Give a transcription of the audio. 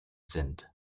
sind